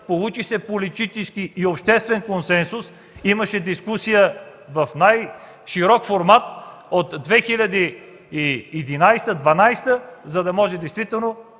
получи се политически и обществен консенсус, имаше дискусия в най-широк формат от 2011-а и 2012 г., за да може действително